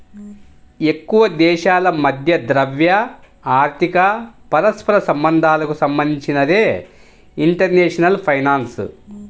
ఎక్కువదేశాల మధ్య ద్రవ్య, ఆర్థిక పరస్పర సంబంధాలకు సంబంధించినదే ఇంటర్నేషనల్ ఫైనాన్స్